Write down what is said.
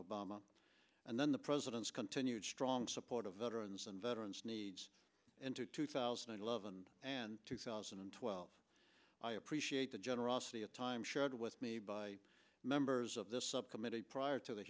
obama and then the president's continued strong support of veterans and veterans into two thousand and eleven and two thousand and twelve i appreciate the generosity of time shared with me by members of this committee prior to the